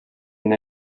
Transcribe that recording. and